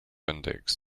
index